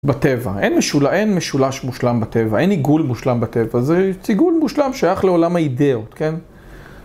בטבע, אין משולש מושלם בטבע, אין עיגול מושלם בטבע, זה עיגול מושלם שייח לעולם האידיאות, כן?